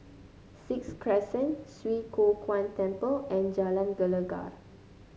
Sixth Crescent Swee Kow Kuan Temple and Jalan Gelegar